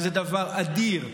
וזה דבר אדיר,